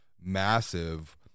massive